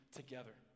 together